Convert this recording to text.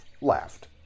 laughed